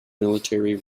military